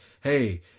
hey